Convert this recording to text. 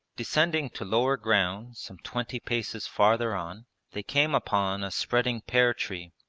descending to lower ground some twenty paces farther on they came upon a spreading pear-tree,